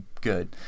good